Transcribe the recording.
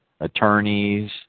attorneys